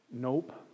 Nope